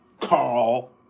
Carl